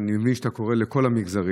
ואני מבין שאתה קורא לכל המגזרים,